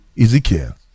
Ezekiel